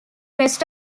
rest